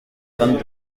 vingt